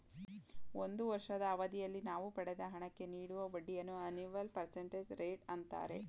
ಒಂದು ವರ್ಷದ ಅವಧಿಯಲ್ಲಿ ನಾವು ಪಡೆದ ಹಣಕ್ಕೆ ನೀಡುವ ಬಡ್ಡಿಯನ್ನು ಅನಿವಲ್ ಪರ್ಸೆಂಟೇಜ್ ರೇಟ್ ಅಂತಾರೆ